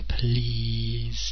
please